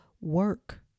work